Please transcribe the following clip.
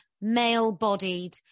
male-bodied